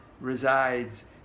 resides